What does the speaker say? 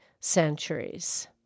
centuries